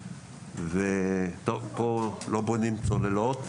כאן לא בונים צוללות.